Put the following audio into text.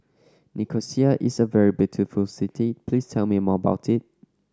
Nicosia is a very beautiful city please tell me more about it